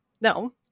No